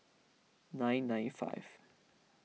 nine nine five